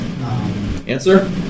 Answer